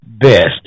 best